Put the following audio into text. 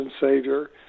Savior